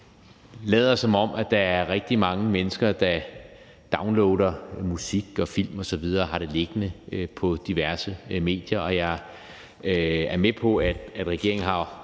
Vi lader, som om der er rigtig mange mennesker, der downloader film osv. og har det liggende på diverse medier, og jeg er med på, at regeringen og